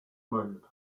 made